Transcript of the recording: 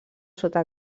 sota